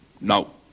no